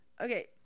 Okay